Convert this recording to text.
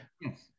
Yes